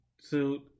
suit